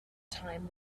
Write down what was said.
time